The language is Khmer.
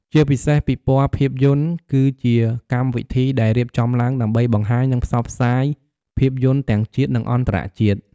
ជាពិសេសពិព័រណ៍ភាពយន្ត គឺជាកម្មវិធីដែលរៀបចំឡើងដើម្បីបង្ហាញ និងផ្សព្វផ្សាយភាពយន្តទាំងជាតិ និងអន្តរជាតិ។